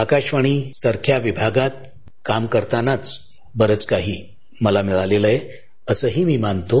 आकाशवाणीसारख्या विभागात काम करताना बरंच काही मला मिळालेलं आहे असंही मी मानतो